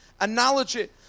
analogy